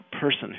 person